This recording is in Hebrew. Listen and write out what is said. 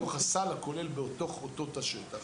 מתוך הסל הכולל בתוך אותו שטח